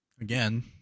Again